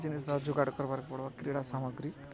ଜିନିଷ୍ରା ଯୋଗାଡ଼ କର୍ବାକୁ ପଡ଼୍ବ କ୍ରୀଡ଼ା ସାମଗ୍ରୀ